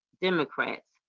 Democrats